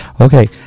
okay